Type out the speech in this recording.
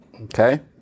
Okay